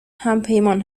همپیمان